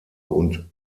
und